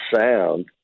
sound